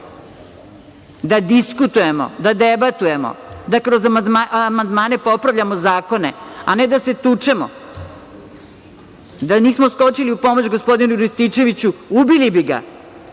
da diskutujemo, da debatujemo, da kroz amandmane popravljamo zakone, a ne da se tučemo. Da nismo skočili u pomoć gospodinu Rističeviću ubili bi ga.